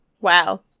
Wow